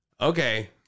Okay